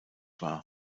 war